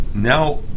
now